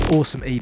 Awesome